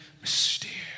mysterious